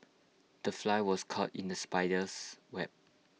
the fly was caught in the spider's web